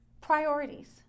priorities